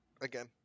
again